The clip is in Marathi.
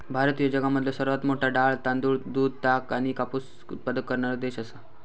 भारत ह्यो जगामधलो सर्वात मोठा डाळी, तांदूळ, दूध, ताग आणि कापूस उत्पादक करणारो देश आसा